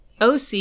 OC